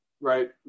right